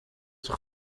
zich